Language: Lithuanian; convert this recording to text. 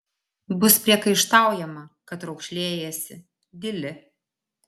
bus priekaištaujama kad raukšlėjiesi dyli